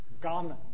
garment